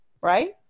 right